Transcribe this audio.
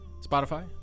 Spotify